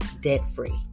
debt-free